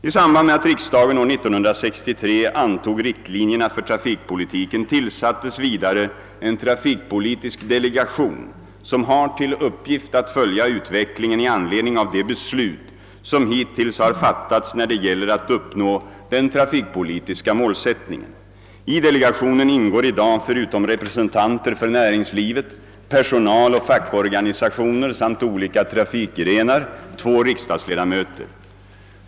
I samband med att riksdagen år 1963 antog riktlinjerna för trafikpolitiken tillsattes vidare en trafikpolitisk delegation, som har till uppgift att följa utvecklingen i anledning av de beslut, som hittills har fattats när det gäller att uppnå den trafikpolitiska målsättningen. I delegationen ingår i dag — förutom representanter för näringslivet, personaloch fackorganisationer samt olika trafikgrenar — två riksdagsledamöter.